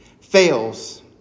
fails